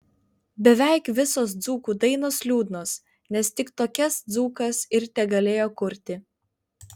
beveik visos dzūkų dainos liūdnos nes tik tokias dzūkas ir tegalėjo kurti